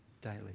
daily